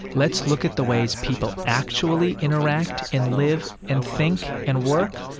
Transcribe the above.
let's look at the ways people actually interact and live and think and work,